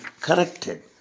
corrected